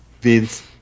Vince